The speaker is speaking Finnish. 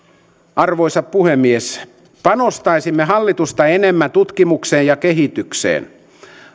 arvoisa puhemies panostaisimme hallitusta enemmän tutkimukseen ja kehitykseen